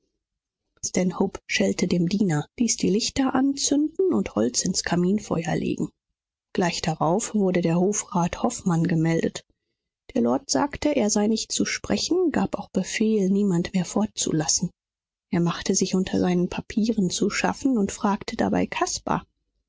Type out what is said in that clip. schellte dem diener ließ die lichter anzünden und holz ins kaminfeuer legen gleich darauf wurde der hofrat hofmann gemeldet der lord sagte er sei nicht zu sprechen gab auch befehl niemand mehr vorzulassen er machte sich unter seinen papieren zu schaffen und fragte dabei caspar